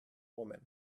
woman